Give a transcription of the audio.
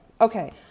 okay